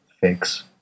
fix